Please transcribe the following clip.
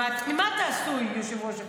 ממה אתה עשוי, יושב-ראש הכנסת?